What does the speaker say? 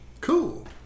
Cool